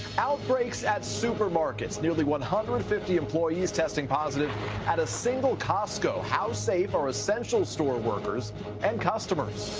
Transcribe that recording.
outbreaks, at supermarkets. nearly one hundred and fifty employees, testing positive at a single costco. how safe are essential-store workers and customers?